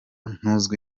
ntuzwi